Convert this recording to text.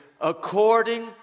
according